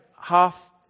half